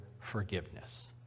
forgiveness